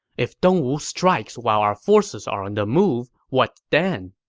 if dongwu strikes while our forces are on the move, what then?